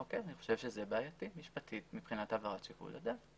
אני חושב שמשפטית זה בעייתי מבחינת שיקול הדעת.